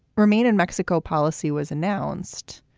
remain in mexico policy was announced.